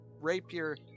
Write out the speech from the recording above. rapier